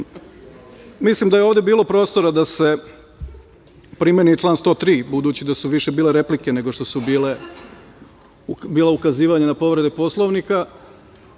Mislim da je ovde bilo prostora da se primeni član 103. budući da su više bile replike nego što su bila ukazivanja na povrede Poslovnika. Ono